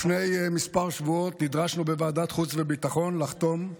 לפני כמה שבועות נדרשנו בוועדת חוץ וביטחון לחתום על